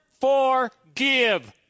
forgive